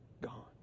Gone